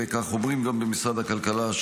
וכך אומרים גם במשרד הכלכלה,